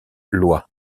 lois